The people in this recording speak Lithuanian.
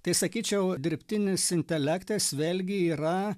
tai sakyčiau dirbtinis intelektas vėlgi yra